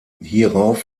hierauf